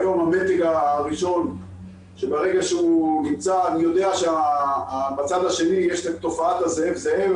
נכון שברגע שהוא נמצא בצד השני יש תופעת הזאב-זאב,